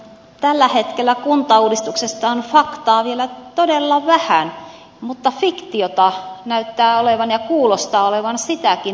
tällä hetkellä kuntauudistuksesta on faktaa vielä todella vähän mutta fiktiota näyttää olevan ja kuulostaa olevan sitäkin enemmän